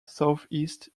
southeast